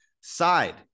side